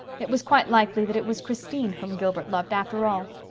it was quite likely that it was christine whom gilbert loved after all.